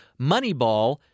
Moneyball